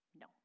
No